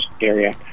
area